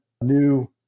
new